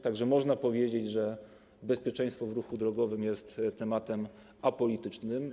Tak że można powiedzieć, że bezpieczeństwo w ruchu drogowym jest tematem apolitycznym.